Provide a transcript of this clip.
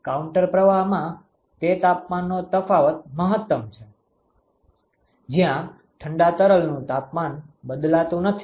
counter પ્રવાહમાં તે તાપમાનનો તફાવત મહતમ છે જ્યાં ઠંડા તરલનું તાપમાન બદલાતું નથી